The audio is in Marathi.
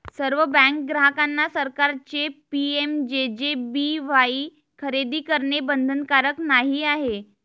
सर्व बँक ग्राहकांना सरकारचे पी.एम.जे.जे.बी.वाई खरेदी करणे बंधनकारक नाही आहे